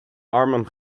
armen